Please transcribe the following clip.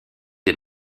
des